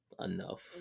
enough